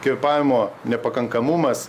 kvėpavimo nepakankamumas